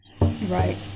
Right